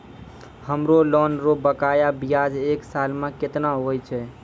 हमरो लोन रो बकाया ब्याज एक साल मे केतना हुवै छै?